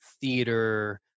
theater